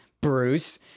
Bruce